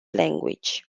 language